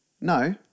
No